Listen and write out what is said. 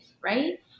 right